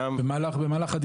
זו רפורמה שצריך לחשוב עליה.